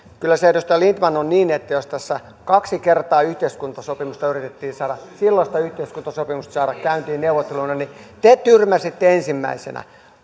kyllä se edustaja lindtman on niin että jos tässä kaksi kertaa yhteiskuntasopimusta yritettiin saada silloista yhteiskuntasopimusta käyntiin neuvotteluilla niin te tyrmäsitte ensimmäisenä